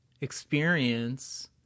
experience